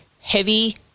heavy